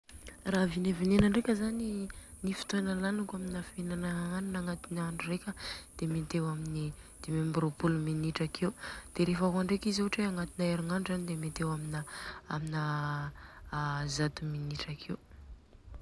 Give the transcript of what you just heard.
Ra vinevinena ndreka zany i fotôna laniniko amina finanana hanina agnatina andro reka an, de mety eo amin'ny dimy aby roapolo, de rehefa kôa ndreka izy ohatra agnatina erignandro de mety eo amina zato minitra akeo.